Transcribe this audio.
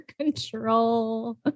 control